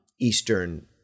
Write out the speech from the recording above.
Eastern